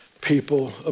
people